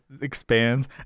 expands